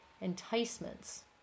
Enticements